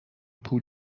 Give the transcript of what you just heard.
پول